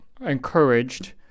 encouraged